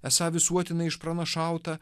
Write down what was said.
esą visuotinai išpranašautą